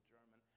German